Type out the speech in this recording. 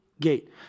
gate